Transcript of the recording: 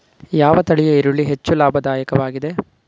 ಯಾವ ತಳಿಯ ಈರುಳ್ಳಿ ಹೆಚ್ಚು ಲಾಭದಾಯಕವಾಗಿದೆ?